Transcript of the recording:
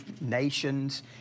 nations